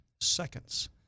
seconds